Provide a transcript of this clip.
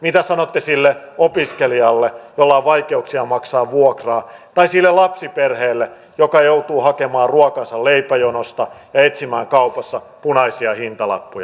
mitä sanotte sille opiskelijalle jolla on vaikeuksia maksaa vuokraa tai sille lapsiperheelle joka joutuu hakemaan ruokansa leipäjonosta ja etsimään kaupassa punaisia hintalappuja